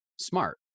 smart